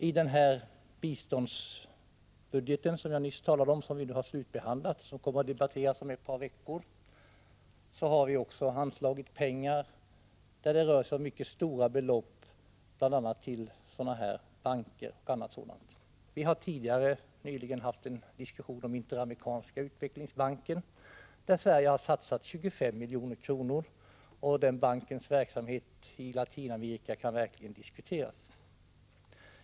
I den biståndsbudget som vi nu har slutbehandlat i utskottet och som kommer att debatteras här om ett par veckor har vi anslagit mycket stora belopp till sådana banker och andra internationella organ. Vi har nyligen haft en diskussion om Interamerikanska utvecklingsbanken, där Sverige har satsat 25 milj.kr. Den bankens verksamhet i Latinamerika kan verkligen diskuteras.